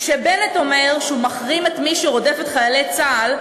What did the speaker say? כשבנט אומר שהוא מחרים את מי שרודף את חיילי צה"ל,